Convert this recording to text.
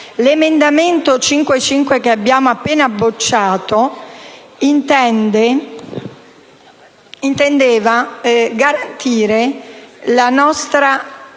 L'emendamento 5.5, che abbiamo appena bocciato, intendeva garantire la nostra